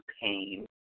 pain